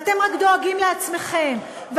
אתם רק דואגים לעצמכם,